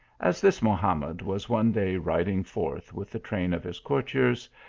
as this mohamed was one day riding forth, with a train of his courtiers,